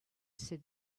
said